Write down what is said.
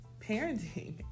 parenting